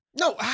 No